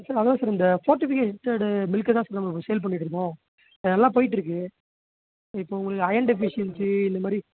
sir அதுதான் sir இந்த fortificated மில்க்கை தான் சார் நம்ம இப்போ சேல் பண்ணிகிட்டு இருக்கோம் அது நல்லா போயிட்ருக்கு இப்போ உங்களுக்கு அயன் டெஃபிசியன்ஸி இந்தமாரி